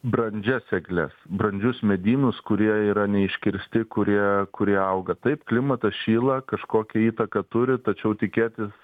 brandžias egles brandžius medynus kurie yra neiškirsti kurie kurie auga taip klimatas šyla kažkokią įtaką turi tačiau tikėtis